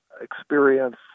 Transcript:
experience